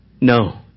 No